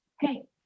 hey